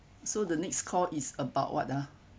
so the next call is about what ah